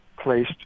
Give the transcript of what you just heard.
placed